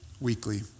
weekly